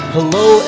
Hello